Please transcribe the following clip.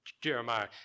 Jeremiah